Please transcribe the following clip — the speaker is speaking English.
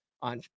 on